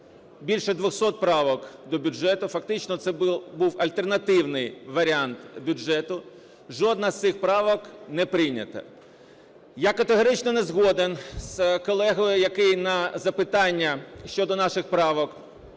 більше 200 правок до бюджету, фактично це був альтернативний варіант бюджету. Жодна з цих правок не прийнята. Я категорично не згоден з колегою, який на запитання щодо наших правок